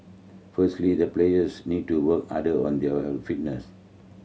firstly the players need to work harder on their fitness